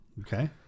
Okay